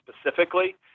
specifically